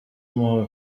umuhoro